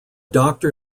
doctor